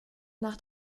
nach